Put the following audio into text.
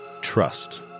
trust